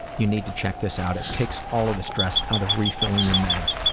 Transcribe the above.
you need to check this out. it takes all of the stress out of refilling your meds.